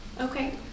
Okay